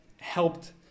helped